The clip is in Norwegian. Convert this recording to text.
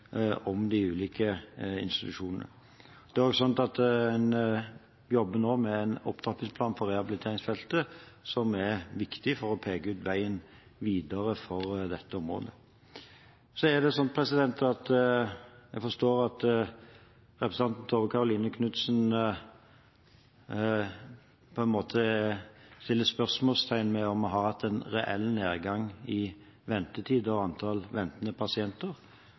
om egen helse og egen situasjon i helsetjenesten og om de ulike institusjonene. En jobber nå med en opptrappingsplan for rehabiliteringsfeltet, som er viktig for å peke ut veien videre på dette området. Jeg forstår det slik at representanten Tove Karoline Knutsen setter spørsmålstegn ved om vi har hatt en reell nedgang i ventetid og antall ventende pasienter.